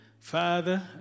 Father